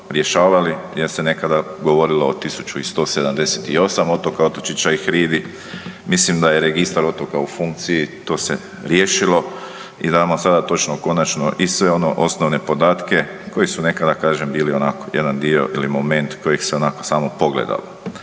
jer se nekada govorilo o 1178 otoka, otočića i hridi. Mislim da je Registar otoka u funkciji, to se riješilo i znamo sada točno konačno i sve one osnovne podatke koji su nekada, kažem, bili onako jedan dio ili moment kojeg se onako samo pogledalo.